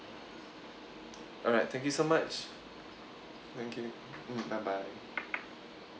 alright thank you so much thank you mm bye bye